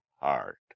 heart